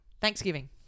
Thanksgiving